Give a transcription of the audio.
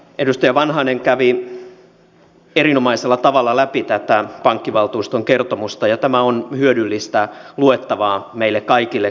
edustaja vanhanen kävi erinomaisella tavalla läpi tätä pankkivaltuuston kertomusta ja tämä on hyödyllistä luettavaa meille kaikille kansanedustajille